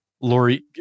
Lori